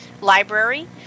library